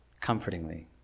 comfortingly